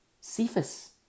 Cephas